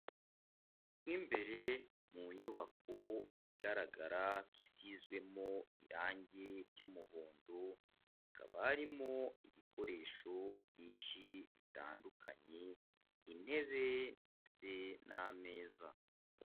Mo imbere mu nyubako igaragara ko isizwemo irange ry'umuhondo, hakaba harimo ibikoresho byinshi bitandukanye, intebe ndetse n'ameza.